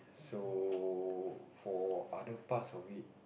so for other parts of it